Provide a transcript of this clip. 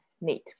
need